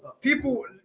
People